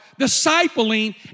discipling